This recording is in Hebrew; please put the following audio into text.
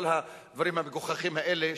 כל הדברים המגוחכים האלה,